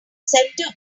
center